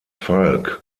falk